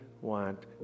want